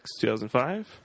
2005